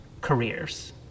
careers